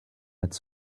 its